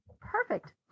Perfect